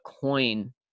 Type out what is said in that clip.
coin